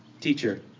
teacher